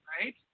right